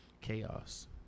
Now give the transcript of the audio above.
Chaos